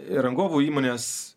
ir rangovų įmonės